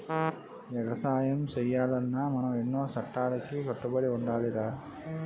ఎగసాయం సెయ్యాలన్నా మనం ఎన్నో సట్టాలకి కట్టుబడి ఉండాలిరా